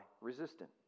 resistant